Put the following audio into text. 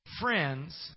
friends